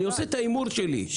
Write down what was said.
אני עושה את ההימור שלי,